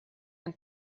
and